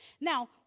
Now